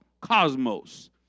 cosmos